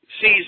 sees